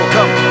Come